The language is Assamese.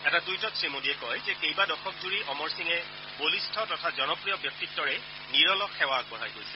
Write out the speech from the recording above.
এটা টুইটত শ্ৰী মোডীয়ে কয় যে বিগত কেইবা দশক জূৰি অমৰ সিঙে বলিষ্ঠ তথা জনপ্ৰিয় ব্যক্তিত্বৰে নিৰলস সেৱা আগবঢ়াই গৈছে